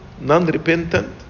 non-repentant